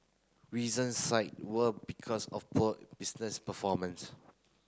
reasons cite were because of poor business performance